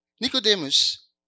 Nicodemus